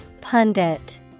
Pundit